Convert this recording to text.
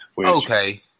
Okay